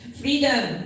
Freedom